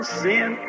sin